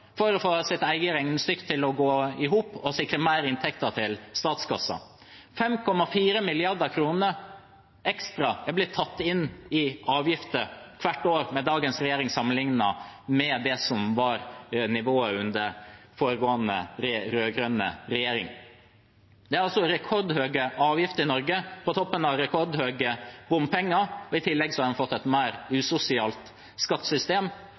for å få sitt eget regnestykke til å gå i hop – og sikre flere inntekter til statskassen. 5,4 mrd. kr ekstra er blitt tatt inn i avgifter hvert år under dagens regjering sammenlignet med det som var nivået under foregående, rød-grønne, regjering. Det er rekordhøye avgifter i Norge, på toppen av rekordhøye bompengepriser. I tillegg har en fått et mer usosialt skattesystem,